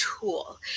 tool